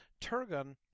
Turgon